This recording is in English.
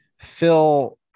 Phil